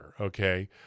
Okay